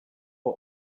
are